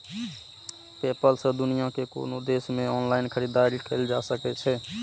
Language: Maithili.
पेपल सं दुनिया के कोनो देश मे ऑनलाइन खरीदारी कैल जा सकै छै